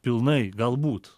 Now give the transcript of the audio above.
pilnai galbūt